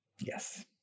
Yes